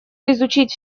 изучить